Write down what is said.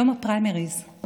יום הפריימריז,